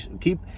keep